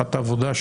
מבחינת העבודה,